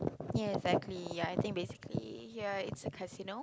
yes exactly ya I think basically ya it's a casino